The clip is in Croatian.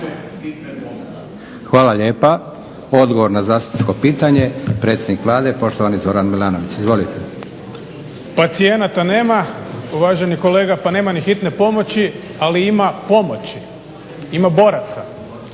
Hvala lijepa. Odgovor na zastupničko pitanje predsjednik Vlade poštovani Zoran Milanović. Izvolite. **Milanović, Zoran (SDP)** Pacijenata nema, uvaženi kolega pa nema ni hitne pomoći ali ima pomoći, ima boraca.